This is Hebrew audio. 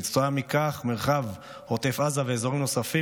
כתוצאה מכך מרחב עוטף עזה ואזורים נוספים